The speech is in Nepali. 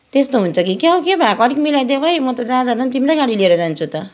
त्यस्तो हुन्छ कि क्या हो के भएको अलिकति मिलाइदेऊ है म त जहाँ जाँदा पनि तिम्रै गाडी लिएर जान्छु त